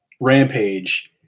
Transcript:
rampage